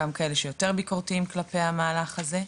גם כאלה שיותר ביקורתיים כלפי המהלך הזה.